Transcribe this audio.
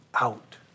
out